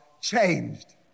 changed